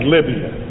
Libya